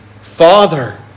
Father